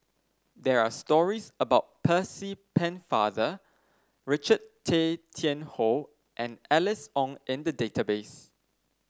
there are stories about Percy Pennefather Richard Tay Tian Hoe and Alice Ong in the database